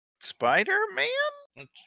spider-man